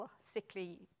sickly